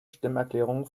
stimmerklärungen